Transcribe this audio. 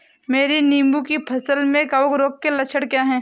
मेरी नींबू की फसल में कवक रोग के लक्षण क्या है?